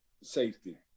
safety